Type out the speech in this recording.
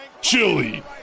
chili